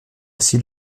aussi